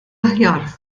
aħjar